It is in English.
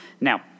Now